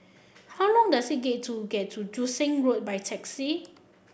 how long does it get to get to Joo Seng Road by taxi